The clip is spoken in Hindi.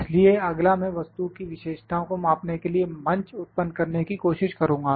इसलिए अगला मैं वस्तु की विशेषताओं को मापने के लिए मंच उत्पन्न करने की कोशिश करुंगा